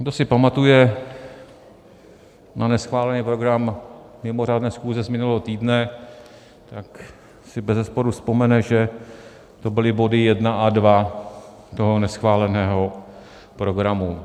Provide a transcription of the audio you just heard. Kdo si pamatuje na neschválený program mimořádné schůze z minulého týdne, tak si bezesporu vzpomene, že to byly body 1 a 2 toho neschváleného programu.